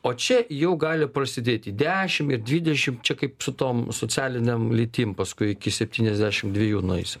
o čia jau gali prasidėti dešim ir dvidešim čia kaip su tom socialiniam lytim paskui iki septyniasdešim dviejų nueisiu